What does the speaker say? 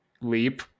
leap